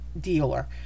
dealer